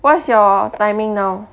what's your timing now